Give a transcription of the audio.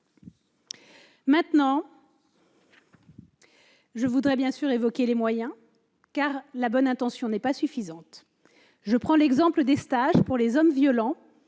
maintenant évoquer les moyens, car la bonne intention n'est pas suffisante. Prenons l'exemple des stages pour les hommes violents